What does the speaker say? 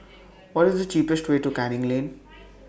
What IS The cheapest Way to Canning Lane